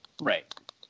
Right